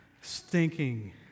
stinking